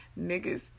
niggas